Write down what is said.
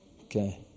Okay